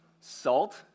salt